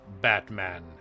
Batman